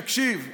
תקשיב,